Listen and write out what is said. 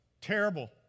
Terrible